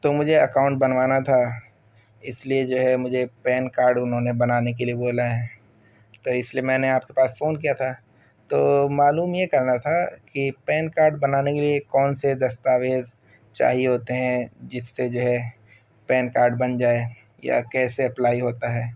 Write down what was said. تو مجھے اکاؤنٹ بنوانا تھا اس لیے جو ہے مجھے پین کارڈ انہوں نے بنانے کے لیے بولا ہے تو اس لیے میں نے آپ کے پاس فون کیا تھا تو معلوم یہ کرنا تھا کہ پین کاڈ بنانے کے لیے کون سے دستاویز چاہیے ہوتے ہیں جس سے جو ہے پین کارڈ بن جائے یا کیسے اپلائی ہوتا ہے